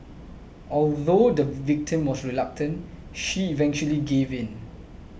although the victim was reluctant she eventually gave in